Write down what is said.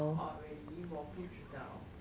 orh really 我不知道